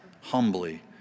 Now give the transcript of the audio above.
humbly